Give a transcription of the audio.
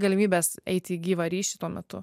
galimybės eiti į gyvą ryšį tuo metu